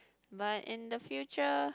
but in the future